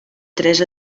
tres